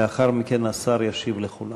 לאחר מכן השר ישיב על כולן.